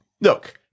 look